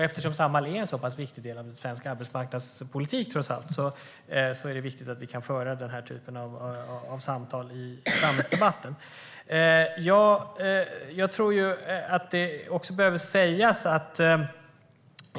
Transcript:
Eftersom Samhall är en sådan viktig del av svensk arbetsmarknadspolitik är det viktigt att vi kan föra denna typ av samtal i samhällsdebatten.